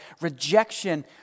rejection